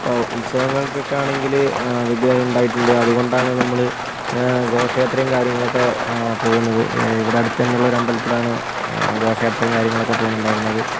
ഇപ്പോൾ ഉത്സവങ്ങൾക്കൊക്കെ ആണെങ്കിൽ വിഗ്രഹം ഉണ്ടായിട്ടുണ്ട് അതുകൊണ്ടാണ് നമ്മൾ ഘോഷയാത്രയും കാര്യങ്ങളൊക്കെ പോവുന്നത് ഇവിടെ അടുത്തുതന്നെയുള്ള അമ്പലത്തിലാണ് ഘോഷയാത്രയും കാര്യങ്ങളൊക്കെ പോവുന്നുണ്ടായിരുന്നത്